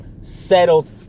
settled